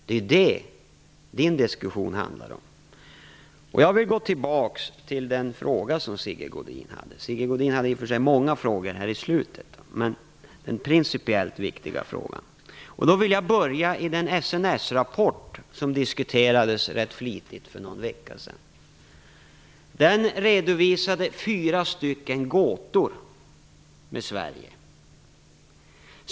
Det är detta Per Unckels diskussion handlar om. Jag vill gå tillbaks till den fråga som Sigge Godin hade. Han ställde i och för sig många frågor på slutet, men jag talar om den principiellt viktiga frågan. Jag vill börja i den SNS-rapport som diskuterades väldigt flitigt för någon vecka sedan. Den redovisade fyra gåtor med Sverige.